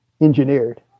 engineered